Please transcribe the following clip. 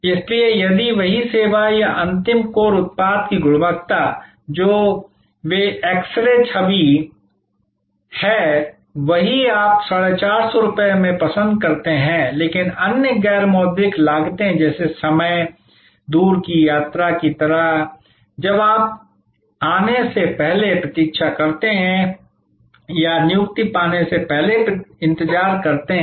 इसलिए यदि वही सेवा या अंतिम कोर उत्पाद की गुणवत्ता जो वे एक्स रे छवि है वही आप 450 पसंद करते हैं लेकिन अन्य गैर मौद्रिक लागतें हैं जैसे समय दूरी की यात्रा की तरह जब आप आने से पहले प्रतीक्षा करते हैं या नियुक्ति पाने से पहले इंतजार करते हैं